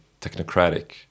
technocratic